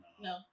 no